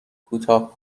کوتاه